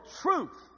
truth